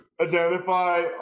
identify